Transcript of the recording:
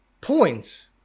points